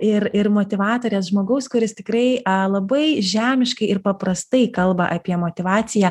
ir ir motyvatorės žmogaus kuris tikrai labai žemiškai ir paprastai kalba apie motyvaciją